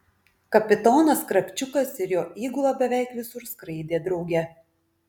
kapitonas kravčiukas ir jo įgula beveik visur skraidė drauge